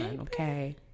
Okay